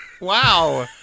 Wow